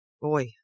boy